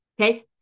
okay